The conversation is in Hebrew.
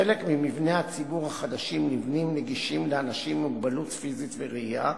חלק ממבני הציבור החדשים נבנים נגישים לאנשים עם מוגבלות פיזית וראייה,